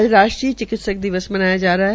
आज राष्ट्रीय चिकित्सक दिवस मनाया जा रहा है